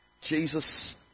Jesus